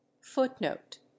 Footnote